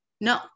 No